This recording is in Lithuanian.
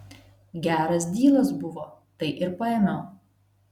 geras dylas buvo tai ir paėmiau